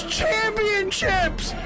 championships